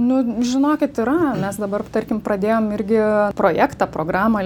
nu žinokit yra mes dabar tarkim pradėjom irgi projektą programą